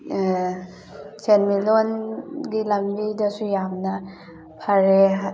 ꯁꯦꯟꯃꯤꯠꯂꯣꯟꯒꯤ ꯂꯝꯕꯤꯗꯁꯨ ꯌꯥꯝꯅ ꯐꯔꯦ